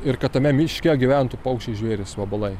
ir kad tame miške gyventų paukščiai žvėrys vabalai